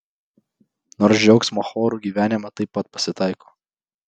nors džiaugsmo chorų gyvenime taip pat pasitaiko